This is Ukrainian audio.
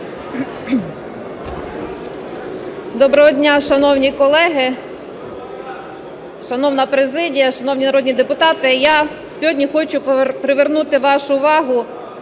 Доброго дня, шановні колеги, шановна президія, шановні народні депутати! Я сьогодні хочу привернути вашу увагу